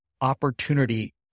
opportunity